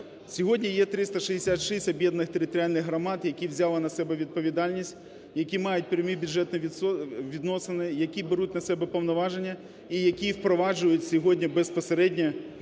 Сьогодні є 366 об'єднаних територіальних громад, які взяли на себе відповідальність, які мають прямі бюджетні відносити, які беруть на себе повноваження і які впроваджують сьогодні безпосередньо